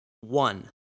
One